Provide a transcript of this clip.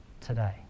today